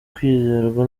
kwizerwa